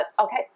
Okay